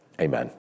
Amen